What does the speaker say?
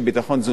זה נתקע,